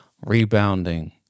rebounding